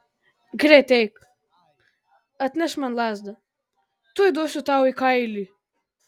greit eik atnešk man lazdą tuoj duosiu tau į kailį